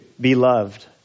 beloved